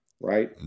right